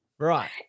Right